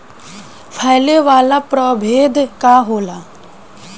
फैले वाला प्रभेद का होला?